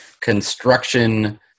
construction